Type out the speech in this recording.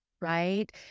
right